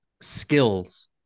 skills